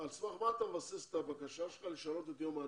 על סמך מה אתה מבסס את הבקשה שלך לשנות את יום ההנצחה?